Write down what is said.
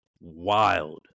Wild